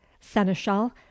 seneschal